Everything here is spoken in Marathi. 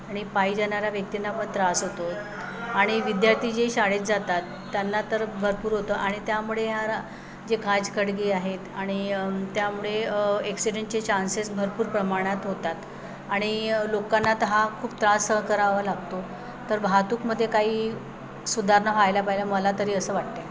आणि पायी जाणाऱ्या व्यक्तींना पण त्रास होतो आणि विद्यार्थी जे शाळेत जातात त्यांना तर भरपूर होतं आणि त्यामुळे ह र जे खाचखळगे आहेत आणि त्यामुळे एक्सिडेंटचे चान्सेस भरपूर प्रमाणात होतात आणि लोकांना तर हा खूप त्रास सहन करावा लागतो तर वाहतूकीमध्ये काही सुधारणा व्हायला पाहिला मला तरी असं वाटते